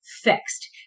fixed